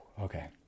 Okay